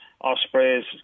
Ospreys